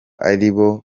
aribo